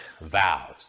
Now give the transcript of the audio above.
vows